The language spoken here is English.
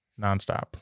Nonstop